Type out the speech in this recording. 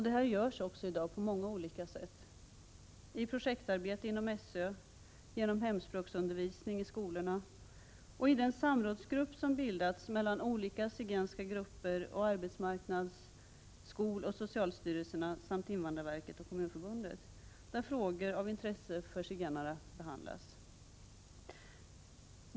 Detta görs på olika sätt i dag: i projektarbete inom SÖ, genom hemspråksundervisning i skolorna, i den samrådsgrupp som bildats av olika zigenska grupper och arbetsmarknads-, skoloch socialstyrelserna samt invandrarverket och Kommunförbundet, där frågor av intresse för zigenare behandlas.